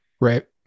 Right